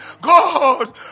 God